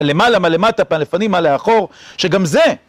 למעלה, מה למטה, מה לפנים, מה לאחור, שגם זה...